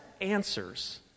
answers—